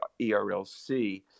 ERLC